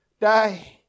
die